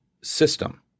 system